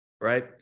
right